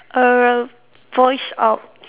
err voice out